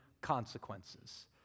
consequences